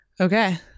Okay